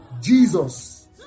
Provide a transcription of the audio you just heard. Jesus